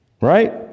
right